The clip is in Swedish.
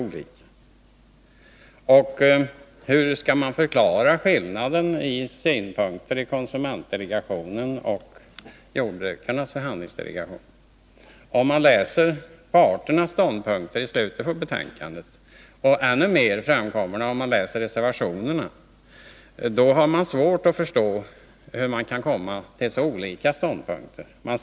Hur skall man när det gäller synpunkter förklara skillnaden mellan konsumentdelegationen och jordbrukarnas förhandlingsdelegation? Om man läser parternas ståndpunkter i slutet av betänkandet — och ännu mer om man läser reservationerna — har man svårt att förstå hur det går att komma fram till så olika ståndpunkter.